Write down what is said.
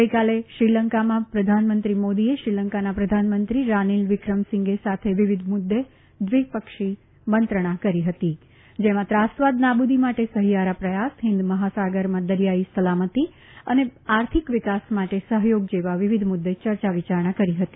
ગઈકાલે શ્રીલંકામાં પ્રધાનમંત્રી મોદીએ શ્રીલંકાના પ્રધાનમંત્રી રાનિલ વિક્રમસિંઘે સાથે વિવિધ મુદ્દે દ્વિપક્ષી મંત્રણા કરી ફતી જેમાં ત્રાસવાદ નાબૂદી માટે સહિયારા પ્રથાસ ફિંદ મહાસાગરમાં દરિથાઈ સલામતી અને આર્થિક વિકાસ માટે સહયોગ જેવા વિવિધ મુદ્દે ચર્ચા વિચારણા કરી હતી